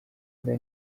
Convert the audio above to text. inda